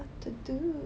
what to do